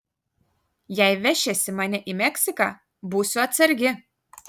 jei vešiesi mane į meksiką būsiu atsargi